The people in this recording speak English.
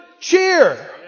cheer